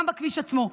גם בכביש עצמו.